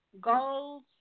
goals